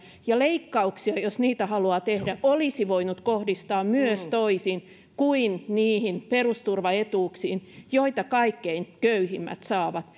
ja että leikkauksia jos niitä haluaa tehdä olisi voinut kohdistaa myös toisin kuin niihin perusturvaetuuksiin joita kaikkein köyhimmät saavat